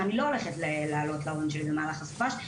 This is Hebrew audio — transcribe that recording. ואני לא הולכת לעלות להורים שלי במהלך הסופ"ש,